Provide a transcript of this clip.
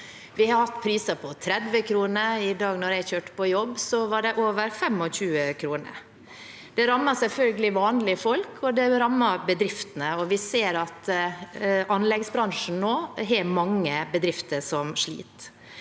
Vi har hatt priser på 30 kr – i dag da jeg kjørte på jobb, var prisen over 25 kr. Det rammer selvfølgelig vanlige folk, og det rammer bedriftene. Vi ser at anleggsbransjen nå har mange bedrifter som sliter.